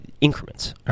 increments